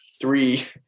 three